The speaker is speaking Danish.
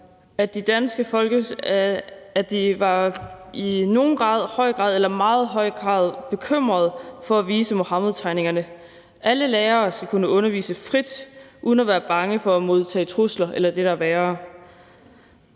at de i »nogen grad«, »høj grad« eller »meget høj grad« var bekymrede for at vise Muhammedtegningerne. Alle lærere skal kunne undervise frit uden at være bange for at modtage trusler eller det, der er værre.